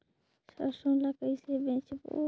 सरसो ला कइसे बेचबो?